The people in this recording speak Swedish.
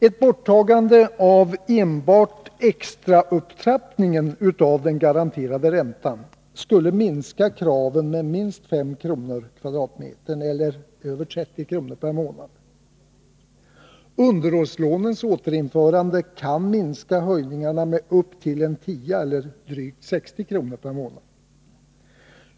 Ett borttagande av enbart extraupptrappningen av den garanterade räntan skulle minska kraven med minst 5 kr. per m? eller över 30 kr. per månad. Underhållslånens återinförande kan minska höjningarna med upp till 10 kr. per m? eller drygt 60 kr. per månad.